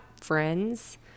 friends